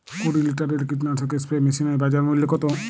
কুরি লিটারের কীটনাশক স্প্রে মেশিনের বাজার মূল্য কতো?